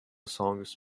songs